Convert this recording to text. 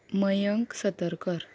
Mayank Satarkar